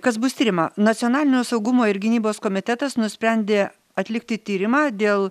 kas bus tiriama nacionalinio saugumo ir gynybos komitetas nusprendė atlikti tyrimą dėl